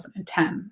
2010